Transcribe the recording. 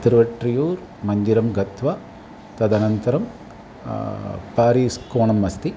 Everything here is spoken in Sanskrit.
तिरुवट्र्युर् मन्दिरं गत्वा तदनन्तरं पारीस् कोणम् अस्ति